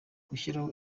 gushyiraho